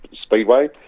speedway